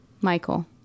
Michael